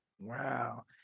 Wow